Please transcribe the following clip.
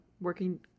working